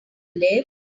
live